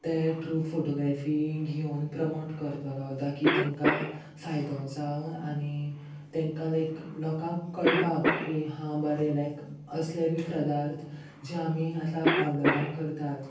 ते true photography घेवन promote करतलो जाकी तेंकां फायदो जावन आनी तेंकां लायक लोकांक कळपाक की हां बरें लायक असले बी प्रदार्थ जे आमी आतां ऑर्डरां करतात